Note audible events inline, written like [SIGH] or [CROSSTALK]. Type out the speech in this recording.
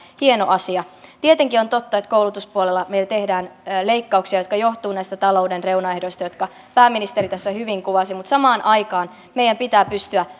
hieno asia tietenkin on totta että koulutuspuolella meillä tehdään leikkauksia jotka johtuvat näistä talouden reunaehdoista jotka pääministeri tässä hyvin kuvasi mutta samaan aikaan meidän pitää pystyä [UNINTELLIGIBLE]